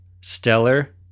stellar